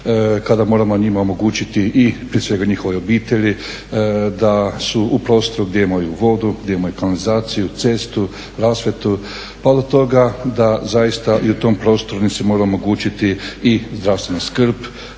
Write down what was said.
kada moramo njima omogućiti i prije svega njihove obitelji da su u prostoru gdje imaju vodu, gdje imaju kanalizaciju, cestu, rasvjetu. Pa do toga da zaista i u tom prostoru im se mora omogućiti i zdravstvena skrb,